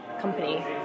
company